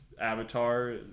Avatar